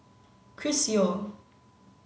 Chris Yeo